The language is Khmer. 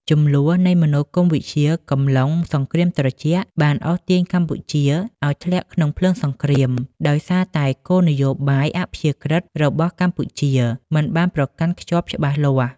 ជម្លោះនៃមនោគមវិជ្ជាកំឡុងសង្គ្រាមត្រជាក់បានអូសទាញកម្ពុជាឲ្យធ្លាក់ក្នុងភ្លើងសង្គ្រាម ដោយសារតែគោលនយោបាយអព្យាក្រឹត្យរបស់កម្ពុជាមិនបានប្រកាន់ខ្ជាប់ច្បាស់លាស់។